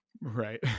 Right